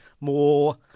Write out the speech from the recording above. more